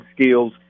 skills